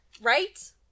right